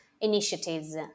initiatives